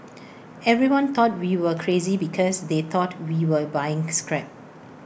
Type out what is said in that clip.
everyone thought we were crazy because they thought we were buying scrap